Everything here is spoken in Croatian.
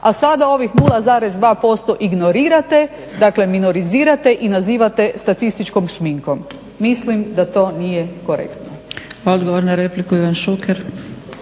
a sada ovih 0,2% ignorirate, dakle minorizirate i nazivate statističko šminkom. Mislim da to nije korektno. **Zgrebec, Dragica